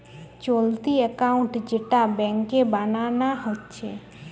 চলতি একাউন্ট যেটা ব্যাংকে বানানা হচ্ছে